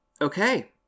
Okay